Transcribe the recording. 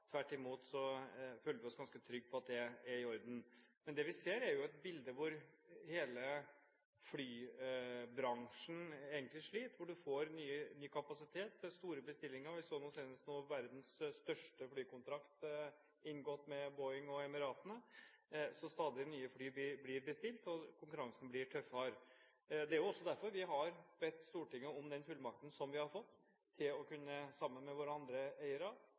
Tvert imot føler vi oss ganske trygge på at dette er i orden. Men det vi ser, er et bilde hvor hele flybransjen, egentlig, sliter, hvor en får ny kapasitet til store bestillinger. Vi så senest nå verdens største flykontrakt inngått med Boeing og Emiratene. Så stadig nye fly blir bestilt, og konkurransen blir tøffere. Det er også derfor vi har bedt Stortinget om den fullmakten som vi har fått, til, sammen med våre andre eiere,